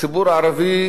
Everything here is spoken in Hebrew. הציבור הערבי,